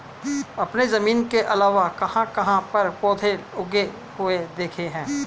आपने जमीन के अलावा कहाँ कहाँ पर पौधे उगे हुए देखे हैं?